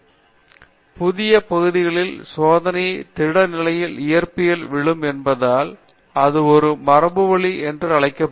நிர்மலா புதிய பகுதிகளில் சோதனை திட நிலை இயற்பியலில் விழும் என்பதால் அது ஒரு மரபுவழி என அழைக்கப்படும்